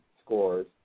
scores